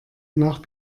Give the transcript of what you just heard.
nach